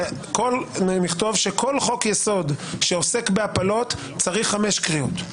נכתוב שכל חוק יסוד שעוסק בהפלות צריך חמש קריאות.